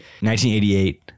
1988